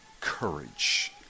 courage